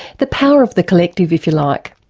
the power of the collective, if you like.